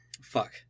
Fuck